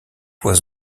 was